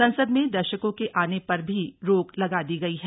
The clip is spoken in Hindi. संसद में दर्शकों के आने पर भी रोक लगा दी गई है